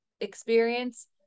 experience